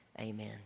Amen